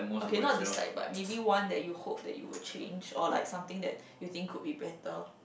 okay not dislike but maybe one that you hope that you will change or like something that you think could be better